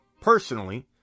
personally